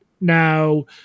Now